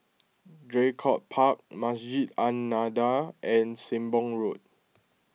Draycott Park Masjid An Nahdhah and Sembong Road